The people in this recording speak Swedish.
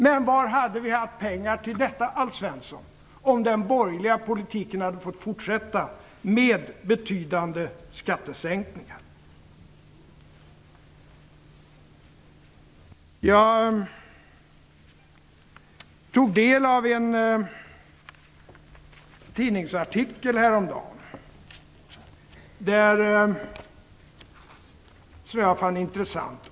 Men var hade vi haft pengar till detta, Alf Svensson, om den borgerliga politiken hade fått fortsätta med betydande skattesänkningar? Jag tog häromdagen del av en tidningsartikel om Moderaterna som jag fann intressant.